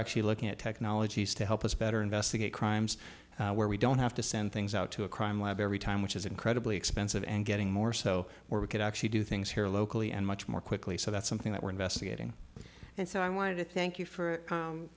actually looking at technologies to help us better investigate crimes where we don't have to send things out to a crime lab every time which is incredibly expensive and getting more so we could actually do things here locally and much more quickly so that's something that we're investigating and so i wanted to thank you for